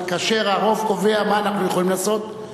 אבל כאשר הרוב קובע, מה אנחנו יכולים לעשות?